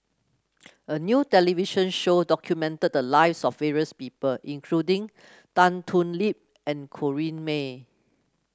a new television show documented the lives of various people including Tan Thoon Lip and Corrinne May